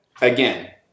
Again